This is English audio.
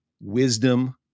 Wisdom